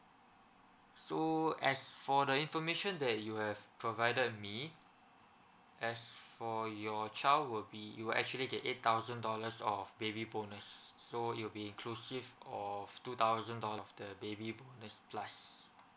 so as for the information that you have provided me as for your child will be you will actually get eight thousand dollars of baby bonus so it'll be inclusive of two thousand dollar of the baby bonus plus